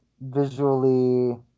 visually